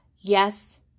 Yes